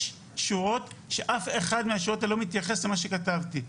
שורות שאף אחת מן השורות האלה לא מתייחסת למה שכתבתי.